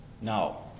No